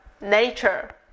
nature